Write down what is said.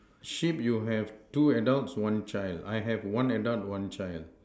sheep you have two adults one child I have one adult one child